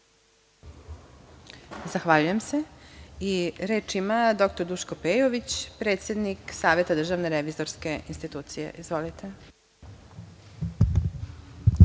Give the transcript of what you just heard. Zahvaljujem se. Reč ima dr Duško Pejović, predsednik Saveta Državne revizorske institucije. Izvolite.